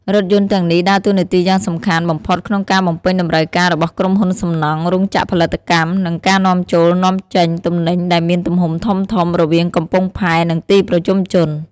រថយន្តទាំងនេះដើរតួនាទីយ៉ាងសំខាន់បំផុតក្នុងការបំពេញតម្រូវការរបស់ក្រុមហ៊ុនសំណង់ រោងចក្រផលិតកម្ម និងការនាំចូលនាំចេញទំនិញដែលមានទំហំធំៗរវាងកំពង់ផែនិងទីប្រជុំជន។